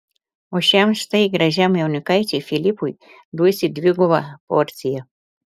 o šiam štai gražiam jaunikaičiui filipui duosi dvigubą porciją